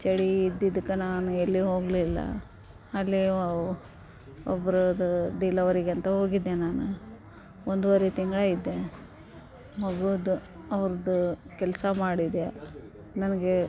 ಚಳಿ ಇದ್ದಿದ್ದಕ್ಕೆ ನಾನು ಎಲ್ಲಿ ಹೋಗಲಿಲ್ಲ ಅಲ್ಲಿ ಒಬ್ರದ್ದು ಡಿಲವರಿಗಂತ ಹೋಗಿದ್ದೆ ನಾನು ಒಂದೂವರೆ ತಿಂಗ್ಳು ಇದ್ದೆ ಮಗುದು ಅವ್ರದ್ದು ಕೆಲಸ ಮಾಡಿದೆ ನನಗೆ